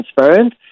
transparent